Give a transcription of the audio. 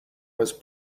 was